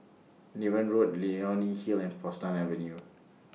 Niven Road Leonie Hill and Portsdown Avenue